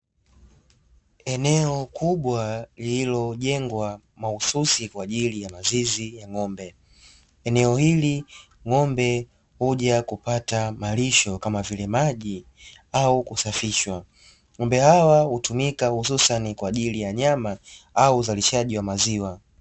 Eneo kubwa lililojengwa mahususi kwa ajili ya mazizi ya ng'ombe, eneo hili ng'ombe huja kupata malisho kama vile maji au kusafishwa ng'ombe hawa hutumika hususani kwa nyama au uzalishaji wa maziwa.